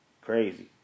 Crazy